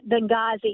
Benghazi